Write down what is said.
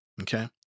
Okay